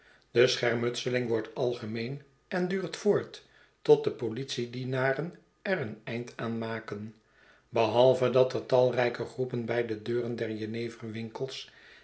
de schermutseling wordt algemeen en duurt voort tot de politiedienaren er een eind aan maken behalve dat er tatrijke groepen bij de deuren der jeneverwinkels